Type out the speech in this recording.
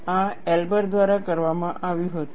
આ એલ્બર દ્વારા કરવામાં આવ્યું હતું